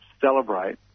celebrate